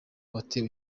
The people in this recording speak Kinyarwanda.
watewe